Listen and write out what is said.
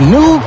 New